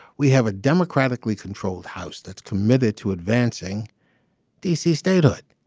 we have a democratically controlled house that's committed to advancing d c. statehood.